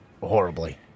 Horribly